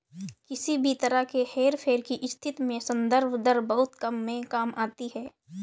किसी भी तरह के हेरफेर की स्थिति में संदर्भ दर बहुत काम में आती है